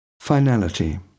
FINALITY